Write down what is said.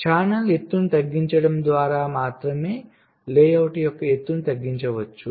channel ఎత్తును తగ్గించడం ద్వారా మాత్రమే లేఅవుట్ యొక్క ఎత్తును తగ్గించవచ్చు